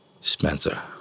Spencer